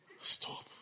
Stop